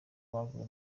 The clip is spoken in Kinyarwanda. baguye